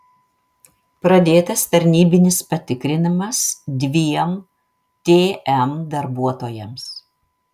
pradėtas tarnybinis patikrinimas dviem tm darbuotojams